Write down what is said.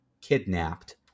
kidnapped